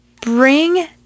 bring